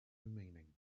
meaning